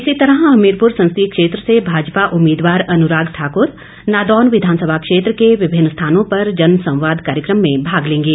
इसी तरह हमीरपुर संसदीय क्षेत्र से भाजपा उम्मीदवार अनुराग ठाक्र नादौन विधानसभा क्षेत्र के विभिन्न स्थानों पर जनसंवाद कार्यक्रम में भाग लेंगे